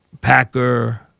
Packer